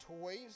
toys